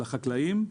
לחקלאים,